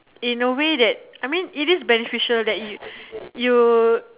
in a way that I mean it is beneficial that you you